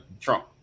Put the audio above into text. Trump